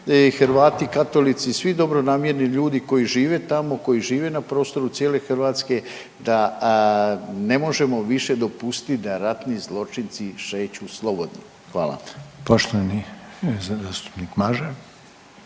Hrvati katolici, svi dobronamjerni ljudi koji žive tamo, koji žive na prostoru cijele Hrvatske da ne možemo više dopustiti da ratni zločinci šeću slobodno. Hvala. **Reiner,